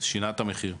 שינה את המחיר.